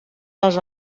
les